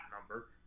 number